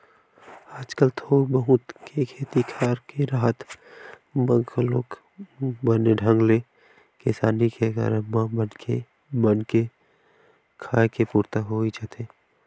आजकल थोक बहुत के खेती खार के राहत म घलोक बने ढंग ले किसानी के करब म मनखे मन के खाय के पुरता होई जाथे